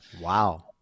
wow